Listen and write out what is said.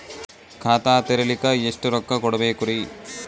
ಖಾತಾ ತೆರಿಲಿಕ ಎಷ್ಟು ರೊಕ್ಕಕೊಡ್ಬೇಕುರೀ?